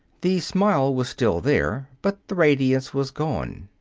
the smile was still there, but the radiance was gone.